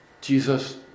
Jesus